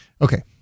Okay